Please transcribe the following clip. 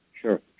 sure